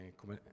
come